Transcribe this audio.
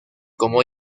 como